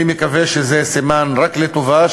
אני מקווה שזה סימן רק לטובה,